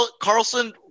Carlson